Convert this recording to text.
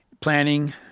planning